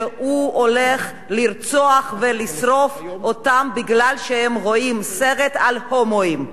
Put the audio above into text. שהוא הולך לרצוח ולשרוף אותם בגלל שהם רואים סרט על הומואים.